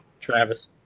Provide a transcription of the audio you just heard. Travis